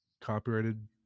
copyrighted